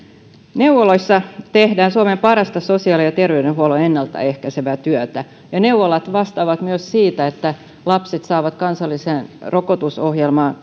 neuvoloissa tehdään suomen parasta sosiaali ja terveydenhuollon ennalta ehkäisevää työtä ja neuvolat vastaavat myös siitä että lapset saavat kansalliseen rokotusohjelmaan